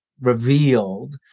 revealed